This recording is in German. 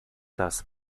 dass